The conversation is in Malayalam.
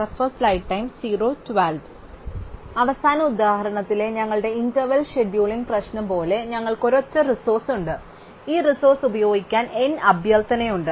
അതിനാൽ അവസാന ഉദാഹരണത്തിലെ ഞങ്ങളുടെ ഇന്റർവെൽ ഷെഡ്യൂളിംഗ് പ്രശ്നം പോലെ ഞങ്ങൾക്ക് ഒരൊറ്റ റിസോഴ്സ് ഉണ്ട് ഈ റിസോഴ്സ് ഉപയോഗിക്കാൻ n അഭ്യർത്ഥനയുണ്ട്